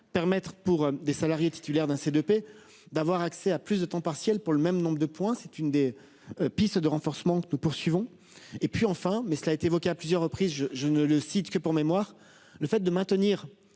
permettre pour des salariés titulaires d'un c'est de paix d'avoir accès à plus de temps partiel pour le même nombre de points, c'est une des pistes de renforcement nous poursuivons et puis enfin mais cela été évoqué à plusieurs reprises, je, je ne le cite que pour mémoire le fait de maintenir